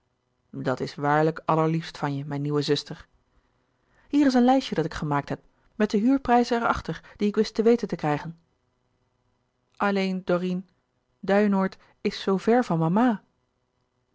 dat is waarlijk allerliefst van je mijn nieuwe zuster hier is een lijstje dat ik gemaakt heb met de huurprijzen er achter die ik wist te weten te krijgen alleen dorine duinoord is zoo ver van mama